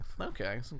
Okay